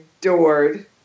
adored